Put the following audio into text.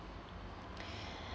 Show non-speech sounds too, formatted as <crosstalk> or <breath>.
<breath>